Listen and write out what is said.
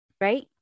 Right